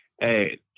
Hey